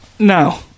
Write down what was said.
now